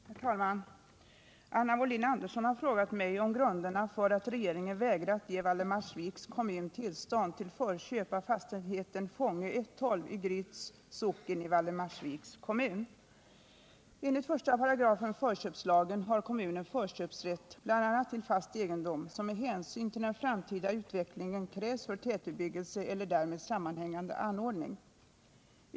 Wohlin-Anderssons den 1 december anmälda fråga, 1977/78:181, och obs anka sir anförde: Om regeringsbeslut Herr talman! Anna Wohlin-Andersson har frågat mig om grunderna = i visst förköpsärenför att regeringen vägrat ge Valdemarsviks kommun tillstånd till förköp — de av fastigheten Fångö 1:12 i Gryts socken i Valdemarsviks kommun. Enligt 18 förköpslagen har kommunen förköpsrätt bl.a. till fast egendom som med hänsyn till den framtida utvecklingen krävs för tätbebyggelse eller därmed sammanhängande anordning.